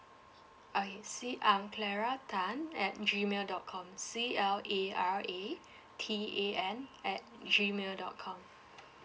okay C um claratan at G mail dot com C L A R A T A N at G mail dot com